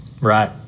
right